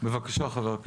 בבקשה, חבר הכנסת.